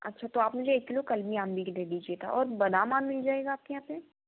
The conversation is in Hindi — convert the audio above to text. अच्छा तो आप मुझे एक किलो कलमी भी दे दीजिएगा और बादाम आम मिल जाएगा आपके यहाँ पे